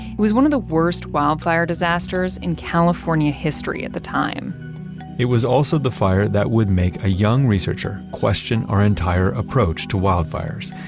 it was one of the worst wildfire disasters in california history at the time it was also the fire that would make a young researcher question our entire approach to wildfires,